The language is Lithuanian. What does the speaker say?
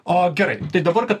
o gerai tai dabar kad